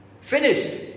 Finished